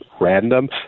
random